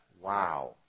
Wow